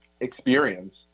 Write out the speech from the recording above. experience